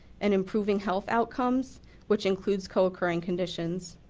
and improving health outcomes which includes co-occurring conditions.